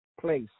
place